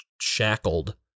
shackled